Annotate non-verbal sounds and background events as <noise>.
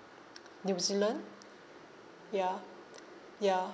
<noise> new zealand ya ya